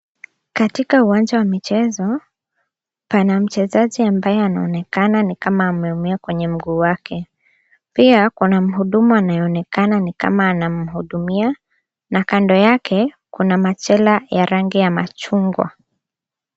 Katika uwanja wa michezo, pana mchezaji ambaye anaonekana ni kama ameumia kwenye mguu wake. Pia kuna muhudumu anayeonekana ni kama anamhudumia na kando yake kuna machela ya rangi ya machungwa.